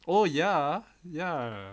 oh ya ya